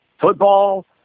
football